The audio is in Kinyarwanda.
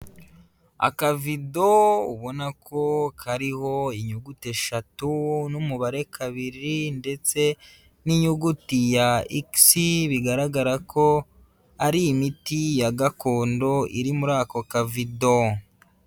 Akavido ubona ko kariho inyuguti eshatu n'umubare kabiri ndetse n'inyuguti ya X, bigaragara ko ari imiti ya gakondo iri muri ako kavido.